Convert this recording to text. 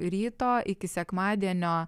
ryto iki sekmadienio